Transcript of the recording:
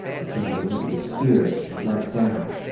dachande lifted his spear and brought it down,